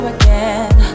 again